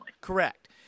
Correct